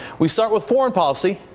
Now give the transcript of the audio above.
we start with foreign policy.